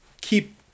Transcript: keep